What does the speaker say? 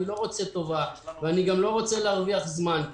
אני לא רוצה טובה וגם לא רוצה להרוויח זמן.